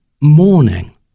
morning